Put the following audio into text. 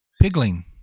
pigling